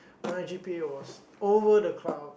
my G_P_A was over the clouds